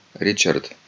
Richard